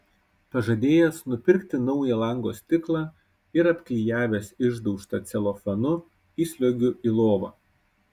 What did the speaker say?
pažadėjęs nupirkti naują lango stiklą ir apklijavęs išdaužtą celofanu įsliuogiu į lovą